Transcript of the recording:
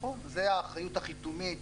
זה האחריות החיתומית.